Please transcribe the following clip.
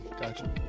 Gotcha